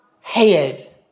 head